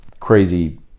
crazy